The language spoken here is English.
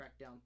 Crackdown